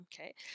Okay